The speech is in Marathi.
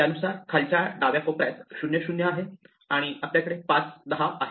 त्यानुसार खालच्या डाव्या कोपर्यात 0 0 आहे आणि आपल्याकडे 5 10 आहे